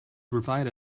provide